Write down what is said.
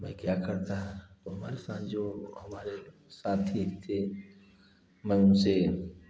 मैं क्या करता और हमारे साथ जो हमारे साथी थे मैं उनसे